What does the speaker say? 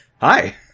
Hi